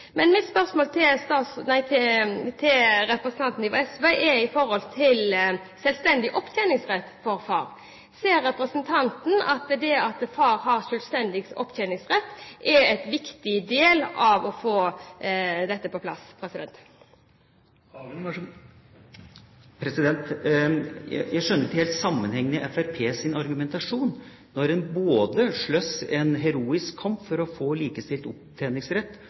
Men mitt spørsmål til representanten fra SV gjelder selvstendig opptjeningsrett for far. Ser representanten at det at far har selvstendig opptjeningsrett, er en viktig del av å få dette på plass? Jeg skjønner ikke helt sammenhengen i Fremskrittspartiets argumentasjon når en både slåss en heroisk kamp for å få likestilt opptjeningsrett